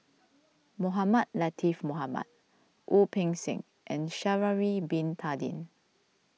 Mohamed Latiff Mohamed Wu Peng Seng and Sha'ari Bin Tadin